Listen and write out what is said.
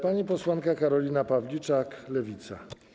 Pani posłanka Karolina Pawliczak, Lewica.